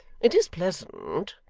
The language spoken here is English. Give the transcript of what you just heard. it is pleasant,